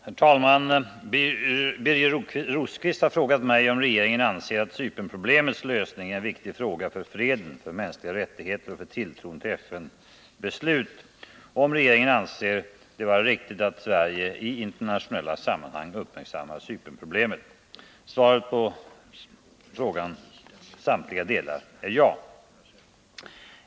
Herr talman! Birger Rosqvist har frågat mig om regeringen anser att Cypernproblemets lösning är en viktig fråga för freden, för mänskliga rättigheter och för tilltron till FN-beslut och om regeringen anser det vara riktigt att Sverige i internationella sammanhang uppmärksammar Cypernproblemet. E Svaret på frågans samtliga delar är ja.